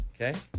Okay